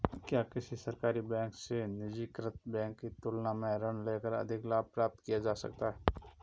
क्या किसी सरकारी बैंक से निजीकृत बैंक की तुलना में ऋण लेकर अधिक लाभ प्राप्त किया जा सकता है?